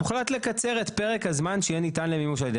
הוחלט לקצר את פרק הזמן שיהיה ניתן למימוש".